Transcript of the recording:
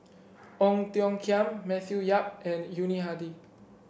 Ong Tiong Khiam Matthew Yap and Yuni Hadi